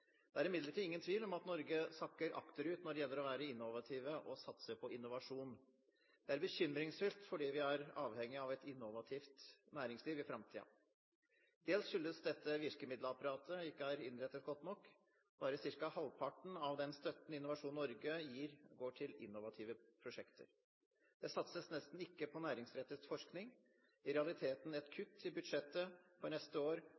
Det er imidlertid ingen tvil om at Norge sakker akterut når det gjelder å være innovative og satse på innovasjon. Det er bekymringsfullt fordi vi er avhengig av et innovativt næringsliv i framtiden. Dels skyldes dette at virkemiddelapparatet ikke er innrettet godt nok. Bare ca. halvparten av den støtten Innovasjon Norge gir, går til innovative prosjekter. Det satses nesten ikke på næringsrettet forskning – i realiteten et kutt i budsjettet for neste år